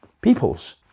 peoples